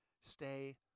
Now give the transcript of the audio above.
stay